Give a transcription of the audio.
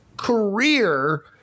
career